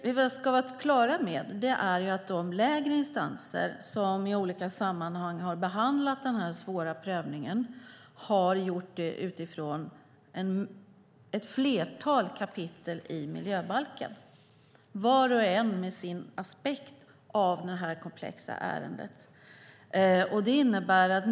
Vi ska vara klara över att de lägre instanser som i olika sammanhang har behandlat denna svåra prövning har gjort det utifrån ett flertal kapitel i miljöbalken. Var och en har gjort det utifrån en enskild aspekt på detta komplexa ärende.